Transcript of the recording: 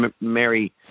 Mary